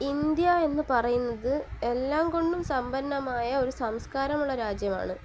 India എന്നു പറയുന്നത് എല്ലാം കൊണ്ടും സമ്പന്നമായ ഒരു സംസ്കാരമുള്ള രാജ്യമാണ്